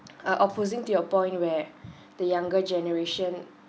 are opposing to your point where the younger generation